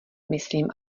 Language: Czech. myslím